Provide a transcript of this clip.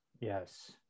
yes